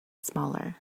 smaller